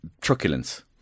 truculence